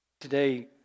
Today